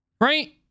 right